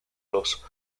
los